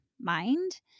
mind